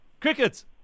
Cricket